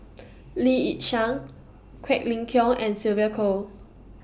Lee Yi Shyan Quek Ling Kiong and Sylvia Kho